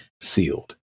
sealed